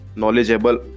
knowledgeable